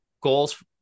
Goals